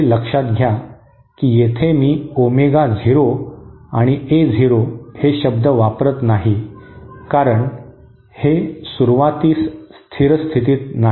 हे लक्षात घ्या की येथे मी ओमेगा झिरो आणि ए झिरो हे शब्द वापरत नाही कारण हे सुरूवातीस स्थिर स्थितीत नाही